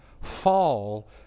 fall